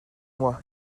moi